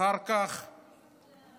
אחר כך ההתנתקות,